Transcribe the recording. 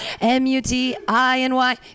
M-U-T-I-N-Y